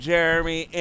Jeremy